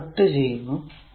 ഞാൻ ഇത് കട്ട് ചെയ്യുന്നു